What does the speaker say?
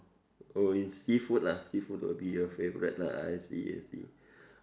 oh it's seafood lah seafood would be your favourite lah I see I see